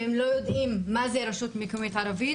הן לא יודעות מה זה רשות מקומית ערבית,